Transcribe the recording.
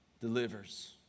delivers